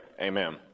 amen